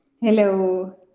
Hello